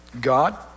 God